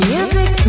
Music